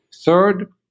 third